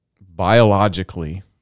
biologically